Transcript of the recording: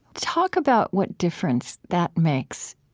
talk about what difference that makes,